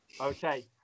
Okay